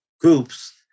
groups